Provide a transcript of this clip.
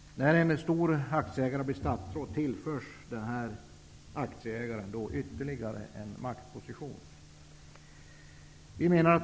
När en stor aktieägare blir statsråd tillförs den här aktieägaren ytterligare en maktposition.